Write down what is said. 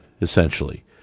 essentially